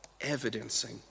evidencing